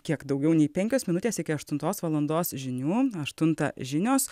kiek daugiau nei penkios minutės iki aštuntos valandos žinių aštuntą žinios